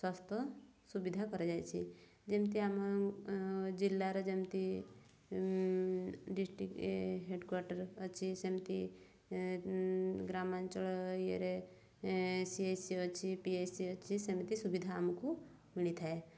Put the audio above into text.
ସ୍ୱାସ୍ଥ୍ୟ ସୁବିଧା କରାଯାଇଛି ଯେମିତି ଆମ ଜିଲ୍ଲାର ଯେମିତି ଡିଷ୍ଟ୍ରିକ୍ଟ ହେଡ଼୍ କ୍ଵାଟର୍ ଅଛି ସେମିତି ଇଏରେ ସି ଏ ସି ଅଛି ପି ଏ ସି ଅଛି ସେମିତି ସୁବିଧା ଆମକୁ ମିଳିଥାଏ